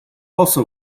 also